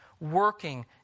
working